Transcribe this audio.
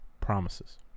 promises